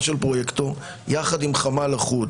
פרויקט יחד עם חמ"ל בפיקוד העורף.